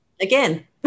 Again